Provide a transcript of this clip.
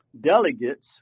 delegates